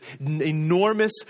enormous